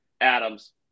Adams